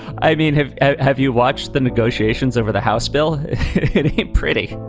i mean, have have you watched the negotiations over the house, bill prady?